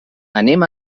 anem